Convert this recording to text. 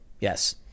Yes